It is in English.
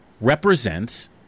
represents